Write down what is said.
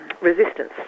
resistance